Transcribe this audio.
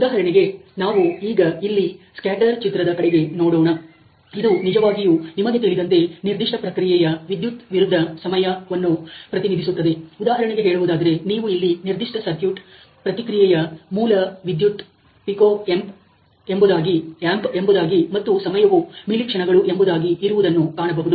ಉದಾಹರಣೆಗೆ ನಾವು ಈಗ ಇಲ್ಲಿ ಸ್ಕ್ಯಾಟರ್ ಚಿತ್ರದ ಕಡೆಗೆ ನೋಡೋಣ ಇದು ನಿಜವಾಗಿಯೂ ನಿಮಗೆ ತಿಳಿದಂತೆ ನಿರ್ದಿಷ್ಟ ಪ್ರಕ್ರಿಯೆಯ ವಿದ್ಯುತ್ ವಿರುದ್ಧ ಸಮಯ ವನ್ನು ಪ್ರತಿನಿಧಿಸುತ್ತದೆ ಉದಾಹರಣೆಗೆ ಹೇಳುವುದಾದರೆ ನೀವು ಇಲ್ಲಿ ನಿರ್ದಿಷ್ಟ ಸರ್ಕ್ಯೂಟ್ ಪ್ರತಿಕ್ರಿಯೆಯ ಮೂಲ ವಿದ್ಯುತ್ ಪಿಕೋ ಎಂಪ್ ಎಂಬುದಾಗಿ ಮತ್ತು ಸಮಯವು ಮಿಲಿ ಕ್ಷಣಗಳು ಎಂಬುದಾಗಿ ಇರುವುದನ್ನು ಕಾಣಬಹುದು